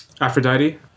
Aphrodite